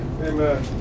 Amen